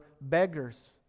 beggars